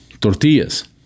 tortillas